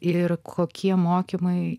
ir kokie mokymai